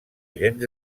agents